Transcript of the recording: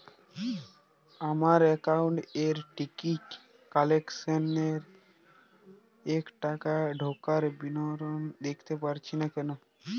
আমার একাউন্ট এ ticket cancellation এর টাকা ঢোকার বিবরণ দেখতে পাচ্ছি না কেন?